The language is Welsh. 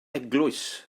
eglwys